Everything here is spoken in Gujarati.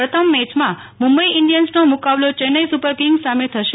પ્રથમ મેચમાં મુંબઈ ઇન્ડિયન્સનો મુકાબલો ચેન્નાઈ સુપરકિંગ્સ સામે થશે